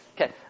Okay